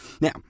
Now